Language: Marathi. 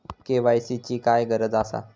के.वाय.सी ची काय गरज आसा?